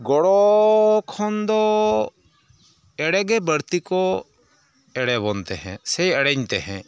ᱜᱚᱲᱚᱻ ᱠᱷᱚᱱᱫᱚ ᱮᱲᱮᱜᱮ ᱵᱟᱹᱲᱛᱤ ᱠᱚ ᱮᱲᱮᱵᱚᱱ ᱛᱮᱦᱮᱸᱫ ᱥᱮ ᱮᱲᱮᱧ ᱛᱮᱦᱮᱸᱫ